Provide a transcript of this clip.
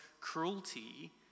cruelty